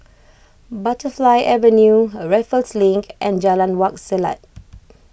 Butterfly Avenue Raffles Link and Jalan Wak Selat